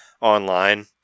online